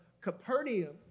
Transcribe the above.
Capernaum